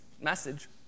message